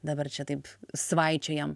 dabar čia taip svaičiojam